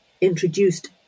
introduced